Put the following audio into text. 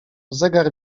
zegar